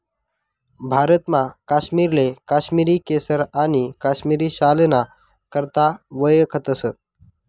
भारतमा काश्मीरले काश्मिरी केसर आणि काश्मिरी शालना करता वयखतस